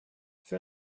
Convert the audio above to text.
für